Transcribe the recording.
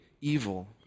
evil